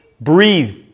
breathe